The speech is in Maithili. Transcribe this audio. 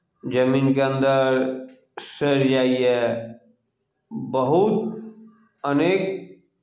जमीनके अन्दर सड़ि जाइए बहुत अनेक